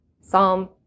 Psalm